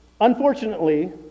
Unfortunately